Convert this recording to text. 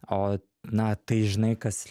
o na tai žinai kas